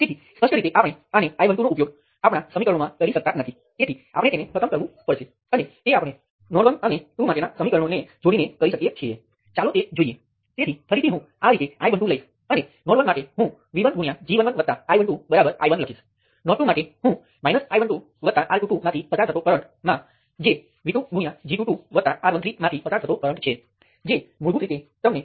હવે એક ખાસ કિસ્સો છે જે મેં ધ્યાનમાં લીધો નથી ચાલો કહીએ કે આપણી પાસે થોડી અલગ સર્કિટ હતી અને I x ત્યાં ન હતો પરંતુ Ix બીજા વોલ્ટેજ સ્ત્રોતમાંથી હતો